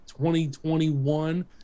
2021